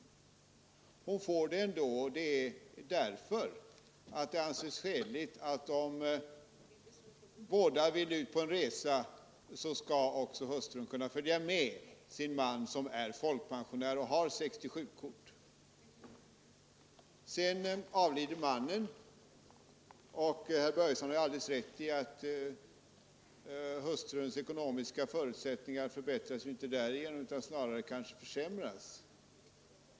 Nu får hon göra det ändå, därför att det anses skäligt att om makarna vill ut på en resa, så skall hustrun kunna följa med sin man, som är folkpensionär och har 67-kort. Men sedan tänker vi oss att mannen avlider. Herr Börjesson har alldeles rätt i att hustruns ekonomiska förutsättningar inte förbättras därigenom utan snarare försämras.